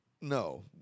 No